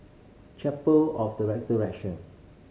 Chapel of the Resurrection